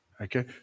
Okay